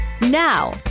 Now